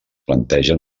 plantegen